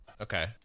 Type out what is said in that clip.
Okay